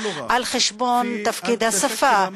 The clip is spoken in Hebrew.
על חשבון תפקיד השפה,